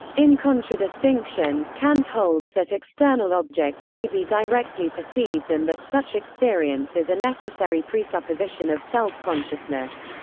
in contradistinction, kant holds that external objects may be directly perceived and that such experience is a necessary presupposition of self-consciousness.